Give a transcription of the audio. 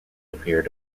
appeared